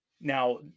Now